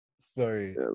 Sorry